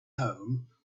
home